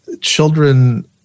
children